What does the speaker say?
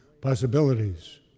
possibilities